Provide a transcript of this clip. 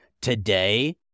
today